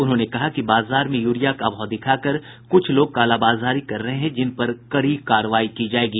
उन्होंने कहा कि बाजार में यूरिया का अभाव दिखाकर कुछ लोग कालाबाजारी कर रहे हैं जिनपर कड़ी कार्रवाई की जायेगी